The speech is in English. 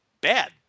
bad